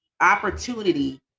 opportunity